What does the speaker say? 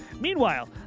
Meanwhile